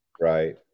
Right